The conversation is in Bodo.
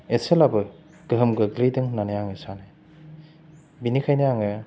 एसेब्लाबो गोहोम गोग्लैदों होन्नानै आङाे सानो बेनिखायनो आङाे